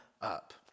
up